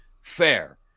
fair